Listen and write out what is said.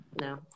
no